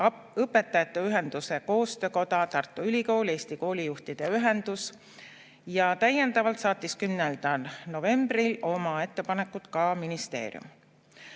Õpetajate Ühenduste Koostöökoda, Tartu Ülikool, Eesti Koolijuhtide Ühendus ja täiendavalt saatis 10. novembril oma ettepanekud ka ministeerium.